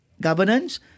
governance